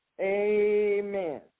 Amen